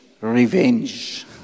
Revenge